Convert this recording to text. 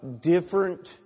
different